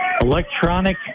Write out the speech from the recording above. electronic